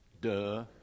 Duh